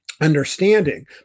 understanding